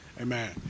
Amen